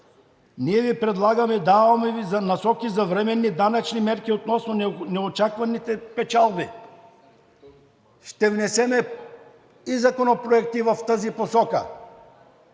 ние Ви предлагаме, даваме Ви насоки за временни данъчни мерки относно неочакваните печалби. Ще внесем и законопроекти в тази посока.